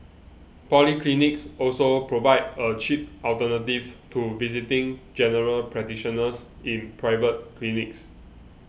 polyclinics also provide a cheap alternative to visiting General Practitioners in private clinics